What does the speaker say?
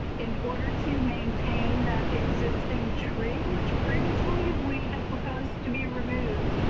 in order to maintain that existing tree which previously we had proposed to be removed.